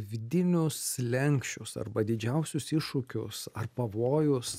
vidinius slenksčius arba didžiausius iššūkius ar pavojus